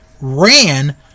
ran